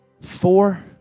Four